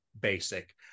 basic